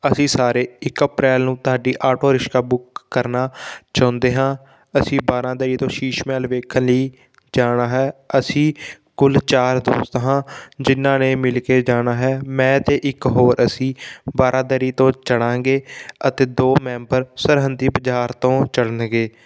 ਅਸੀਂ ਸਾਰੇ ਇੱਕ ਅਪ੍ਰੈਲ ਨੂੰ ਤੁਹਾਡੀ ਆਟੋ ਰਿਸ਼ਕਾ ਬੁੱਕ ਕਰਨਾ ਚਾਹੁੰਦੇ ਹਾਂ ਅਸੀਂ ਬਾਰਾਂਦਰੀ ਤੋਂ ਸ਼ੀਸ਼ ਮਹਿਲ ਵੇਖਣ ਲਈ ਜਾਣਾ ਹੈ ਅਸੀਂ ਕੁੱਲ ਚਾਰ ਦੋਸਤ ਹਾਂ ਜਿਨ੍ਹਾਂ ਨੇ ਮਿਲ ਕੇ ਜਾਣਾ ਹੈ ਮੈਂ ਅਤੇ ਇੱਕ ਹੋਰ ਅਸੀਂ ਬਾਰਾਂਦਰੀ ਤੋਂ ਚੜ੍ਹਾਂਗੇ ਅਤੇ ਦੋ ਮੈਂਬਰ ਸਰਹੰਦੀ ਬਜ਼ਾਰ ਤੋਂ ਚੜ੍ਹਨਗੇ